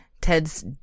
Ted's